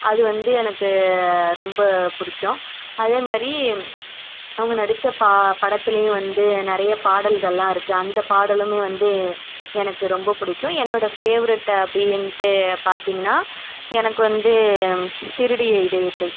அது வந்து எனக்கு ரொம்ப பிடிக்கும் அதே மாதிரி அவங்க நடித்த படத்திலயும் வந்து நிறைய பாடல்களெலாம் இருக்குது அந்த பாடலுமே வந்து எனக்கு ரொம்ப பிடிக்கும் என்னோட ஃபேவரட் அப்படின்ட்டு பார்த்திங்கன்னா எனக்கு வந்து திருடிய இதயத்தை